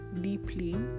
deeply